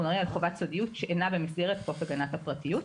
מדברים על חובת סודיות שאינה במסגרת חוק הגנת הפרטיות.